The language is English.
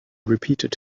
repeated